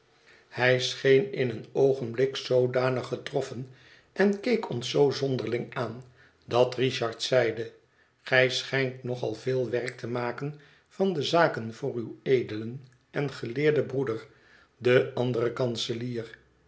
hij scheen in een oogenblik zoodanig getroffen en keek ons zoo zonderling aan dat richard zeide gij schijnt nog al veel werk te maken van de zaken voor uw edelen en geleerden broeder den anderen kanselier